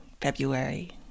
February